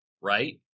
right